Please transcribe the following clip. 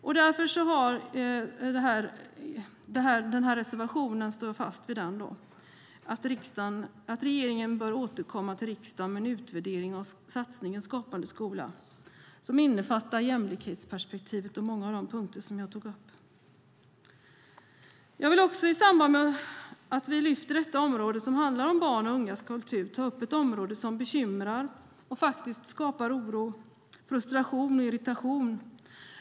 Jag står därför fast vid reservationen att regeringen bör återkomma till riksdagen med en utvärdering av satsningen Skapande skola som innefattar jämlikhetsperspektivet och många av de punkter som jag tagit upp. Jag vill också i samband med att vi lyfter detta område som handlar om barns och ungas kultur ta upp något som bekymrar och skapar oro, frustration och irritation.